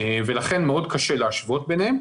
ולכן מאוד קשה להשוות ביניהם.